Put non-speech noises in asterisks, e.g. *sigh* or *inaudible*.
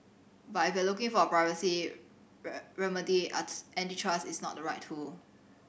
but if you're looking for a privacy *unintelligible* antitrust is not the right tool